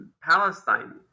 Palestine